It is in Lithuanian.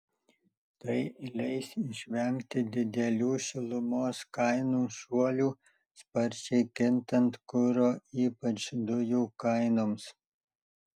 tai leis išvengti didelių šilumos kainų šuolių sparčiai kintant kuro ypač dujų kainoms